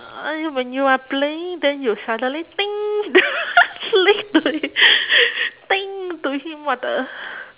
uh when you are playing then you will suddenly the play to him to him what the